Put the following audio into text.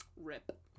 Rip